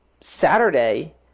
Saturday